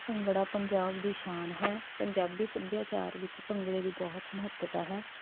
ਭੰਗੜਾ ਪੰਜਾਬ ਦੀ ਸ਼ਾਨ ਹੈ ਪੰਜਾਬੀ ਸੱਭਿਆਚਾਰ ਵਿੱਚ ਭੰਗੜੇ ਦੀ ਬਹੁਤ ਮਹੱਤਤਾ ਹੈ